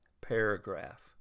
paragraph